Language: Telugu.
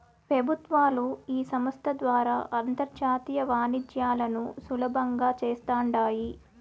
పెబుత్వాలు ఈ సంస్త ద్వారా అంతర్జాతీయ వాణిజ్యాలను సులబంగా చేస్తాండాయి